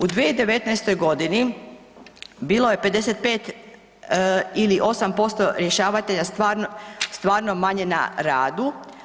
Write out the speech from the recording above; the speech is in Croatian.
U 2019.g. bilo je 55 ili 8% rješavatelja stvarno manje na radu.